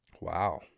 Wow